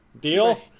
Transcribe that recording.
Deal